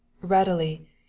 readily